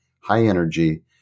high-energy